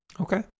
Okay